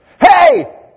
hey